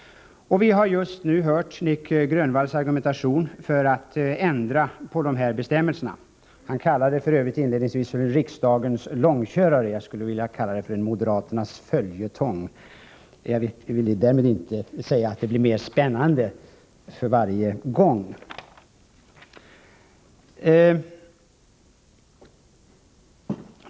Vi har just hört Nic Grönvalls argumentation för att ändra på dessa bestämmelser. Han kallade detta ärende för övrigt inledningsvis en riksdagens långkörare. Jag skulle vilja kalla det för moderaternas följetong. Jag vill därmed inte säga att det blir mer spännande för varje gång.